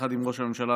יחד עם ראש הממשלה,